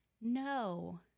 no